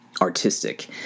artistic